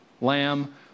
lamb